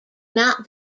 not